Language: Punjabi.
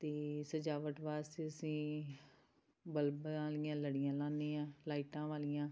ਅਤੇ ਸਜਾਵਟ ਵਾਸਤੇ ਅਸੀਂ ਬਲਬਾਂ ਵਾਲੀਆਂ ਲੜੀਆਂ ਲਾਉਂਦੇ ਹਾਂ ਲਾਈਟਾਂ ਵਾਲੀਆਂ